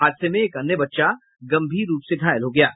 हादसे में एक अन्य बच्चा गंभीर रूप से घायल हो गया है